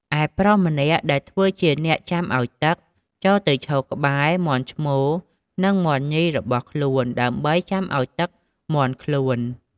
ឯ ប្រុសម្នាក់ ដែលធ្វើជា អ្នកចាំឲ្យទឹក ចូលទៅឈរក្បែរ មាន់ឈ្មោល និង មាន់ញី របស់ខ្លួន ដើម្បី ចាំឲ្យទឹកមាន់ខ្លួន។